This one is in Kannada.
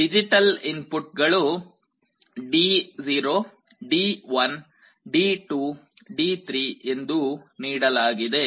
ಡಿಜಿಟಲ್ ಇನ್ಪುಟ್ ಗಳು D0 D1 D2 D3 ಎಂದು ನೀಡಲಾಗಿದೆ